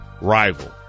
rival